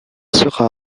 sera